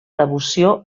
devoció